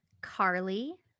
Carly